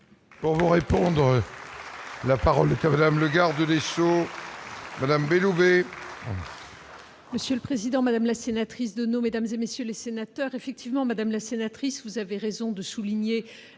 Pour vous répondre, la parole est Avram, le garde des Sceaux, madame Belloubet. Monsieur le Président, Madame la sénatrice de nos mesdames et messieurs les sénateurs, effectivement, Madame la sénatrice, vous avez raison de souligner